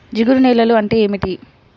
జిగురు నేలలు అంటే ఏమిటీ?